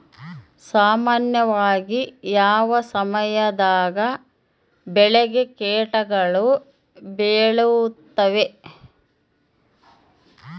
ಸಾಮಾನ್ಯವಾಗಿ ಯಾವ ಸಮಯದಾಗ ಬೆಳೆಗೆ ಕೇಟಗಳು ಬೇಳುತ್ತವೆ?